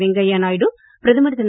வெங்கய்யா நாயுடு பிரதமர் திரு